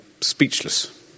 speechless